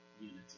unity